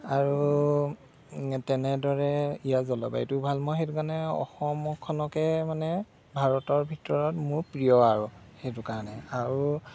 আৰু তেনেদৰে ইয়াৰ জলবায়ুটো ভাল মই সেইটো কাৰণে অসমখনকে মানে ভাৰতৰ ভিতৰত মোৰ প্ৰিয় আৰু সেইটো কাৰণে আৰু